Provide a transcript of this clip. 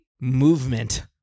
movement